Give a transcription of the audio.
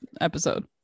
episode